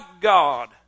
God